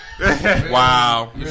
Wow